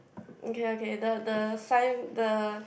okay okay the the sign the